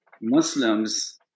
Muslims